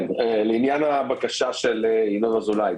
לעניין הבקשה של ינון אזולאי,